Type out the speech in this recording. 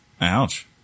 Ouch